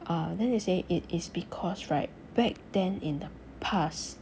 ah then they say it is because right back then in the past